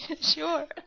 Sure